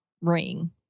ring